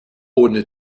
ohne